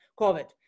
COVID